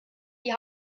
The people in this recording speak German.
die